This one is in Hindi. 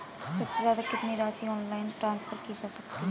सबसे ज़्यादा कितनी राशि ऑनलाइन ट्रांसफर की जा सकती है?